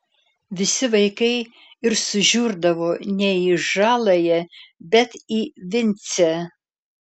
visi vaikai ir sužiurdavo ne į žaląją bet į vincę